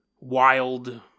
wild